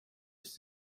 ist